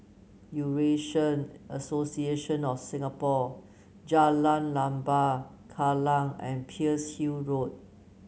Eurasian Association of Singapore Jalan Lembah Kallang and Pearl's Hill Road